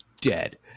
dead